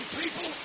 people